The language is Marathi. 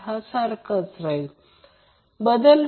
तर ही सिस्टम स्थिर आहे